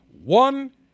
one